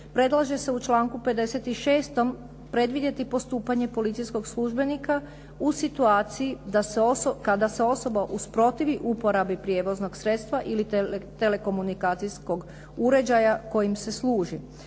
Predlaže se u članku 56. predvidjeti postupanje policijskog službenika u situaciji kada se osoba usprotivi uporabi prijevoznog sredstva ili telekomunikacijskog uređaja kojim se služi.